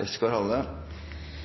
Kollektivtilbudet er